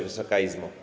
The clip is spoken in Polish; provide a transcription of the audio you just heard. Wysoka Izbo!